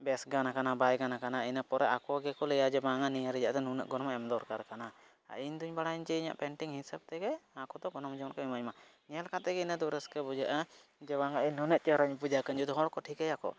ᱵᱮᱥ ᱜᱟᱱ ᱟᱠᱟᱱᱟ ᱵᱟᱭ ᱜᱟᱱ ᱟᱠᱟᱱᱟ ᱤᱱᱟᱹ ᱯᱚᱨᱮ ᱟᱠᱚ ᱜᱮᱠᱚ ᱞᱟᱹᱭᱟᱠᱚ ᱱᱤᱭᱟᱹ ᱨᱮᱭᱟᱜ ᱫᱚ ᱱᱤᱱᱟᱹᱜ ᱜᱚᱱᱚᱝ ᱮᱢ ᱫᱚᱨᱠᱟᱨ ᱠᱟᱱᱟ ᱟᱨ ᱤᱧᱫᱚᱧ ᱵᱟᱲᱟᱭᱟ ᱡᱮ ᱤᱧᱟᱹᱜ ᱯᱮᱱᱴᱤᱝ ᱦᱤᱥᱟᱹᱵ ᱛᱮᱜᱮ ᱚᱱᱟ ᱠᱚᱫᱚ ᱜᱚᱱᱚᱝ ᱡᱮᱢᱚᱱ ᱠᱚ ᱤᱢᱟᱹᱧᱢᱟ ᱧᱮᱞ ᱠᱟᱛᱮᱜᱮ ᱤᱱᱟᱹ ᱫᱚ ᱨᱟᱹᱥᱠᱟᱹ ᱵᱩᱡᱷᱟᱹᱜᱼᱟ ᱡᱮ ᱤᱧ ᱱᱤᱱᱟᱹᱜ ᱪᱮᱦᱨᱟᱧ ᱵᱩᱡᱟ ᱡᱮ ᱦᱚᱲᱠᱚ ᱴᱷᱤᱠᱟᱹᱭᱟᱠᱚ